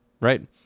Right